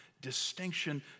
distinction